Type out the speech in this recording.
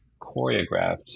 choreographed